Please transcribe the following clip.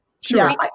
sure